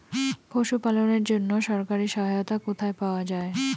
পশু পালনের জন্য সরকারি সহায়তা কোথায় পাওয়া যায়?